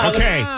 Okay